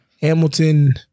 Hamilton